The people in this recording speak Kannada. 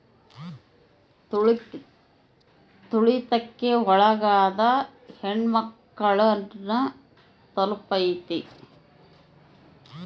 ತುಳಿತಕ್ಕೆ ಒಳಗಾದ ಹೆಣ್ಮಕ್ಳು ನ ತಲುಪೈತಿ